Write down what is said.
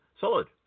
Solid